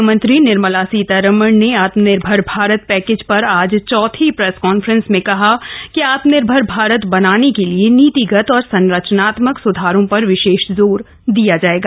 वित्त मंत्री निर्मला सीतारामन ने आत्मनिर्भर भारत पैकेज पर आज चौथी प्रेस कॉन्फ्रेंस में कहा कि आत्मनिर्भर भारत बनाने के लिए नीतिगत और संरचनात्मक सुधारों पर विशेष जोर दिया जाएगा